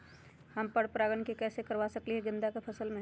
हम पर पारगन कैसे करवा सकली ह गेंदा के फसल में?